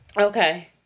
Okay